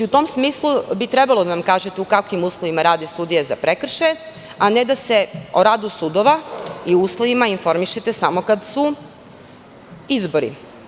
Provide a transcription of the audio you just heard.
U tom smislu bi trebalo da nam kažete u kakvim uslovima rade sudije za prekršaje, a ne da se o radu sudova i uslovima informišete samo kada su izbori.